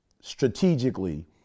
strategically